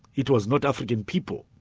it was not african people.